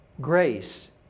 Grace